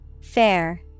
Fair